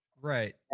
right